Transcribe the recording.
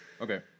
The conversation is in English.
okay